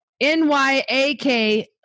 N-Y-A-K